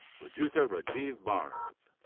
rujuta rajeev barve.